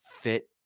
fit